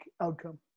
outcome